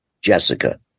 Jessica